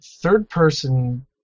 third-person